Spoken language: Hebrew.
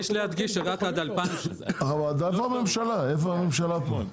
איפה הממשלה פה?